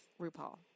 RuPaul